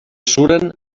suren